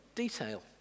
Detail